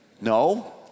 No